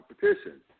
competition